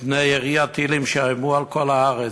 ומפני ירי הטילים שיאיימו על כל הארץ,